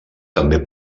també